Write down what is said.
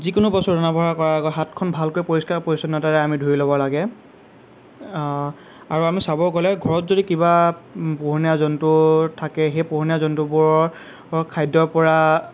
যিকোনো বস্তু ৰন্ধা বঢ়া কৰাৰ আগত হাতখন ভালকৈ পৰিষ্কাৰ পৰিচ্ছন্নতাৰে আমি ধুই ল'ব লাগে আৰু আমি চাব গ'লে ঘৰত যদি কিবা পোহনীয়া জন্তু থাকে সেই পোহনীয়া জন্তুবোৰৰ খাদ্যৰ পৰা